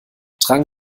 tragen